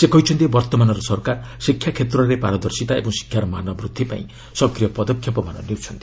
ସେ କହିଛନ୍ତି ବର୍ତ୍ତମାନର ସରକାର ଶିକ୍ଷା କ୍ଷେତ୍ରରେ ପାରଦର୍ଶିତା ଓ ଶିକ୍ଷାର ମାନ ବୃଦ୍ଧି ପାଇଁ ସକ୍ରିୟ ପଦକ୍ଷେପ ନେଉଛନ୍ତି